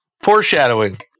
Foreshadowing